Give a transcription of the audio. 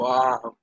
Wow